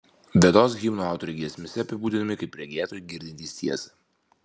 vedos himnų autoriai giesmėse apibūdinami kaip regėtojai girdintys tiesą